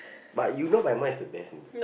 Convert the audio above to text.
but you know my mum is the best